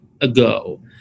ago